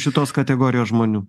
šitos kategorijos žmonių